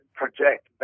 project